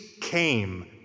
came